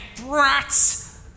brats